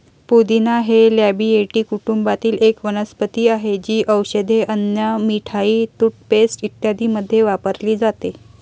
पुदिना हे लॅबिएटी कुटुंबातील एक वनस्पती आहे, जी औषधे, अन्न, मिठाई, टूथपेस्ट इत्यादींमध्ये वापरली जाते